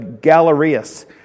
Galerius